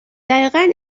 دقیقن